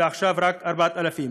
ועכשיו רק 4,000,